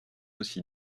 aussi